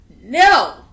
No